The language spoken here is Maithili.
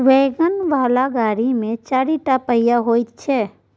वैगन बला गाड़ी मे चारिटा पहिया होइ छै